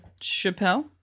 Chappelle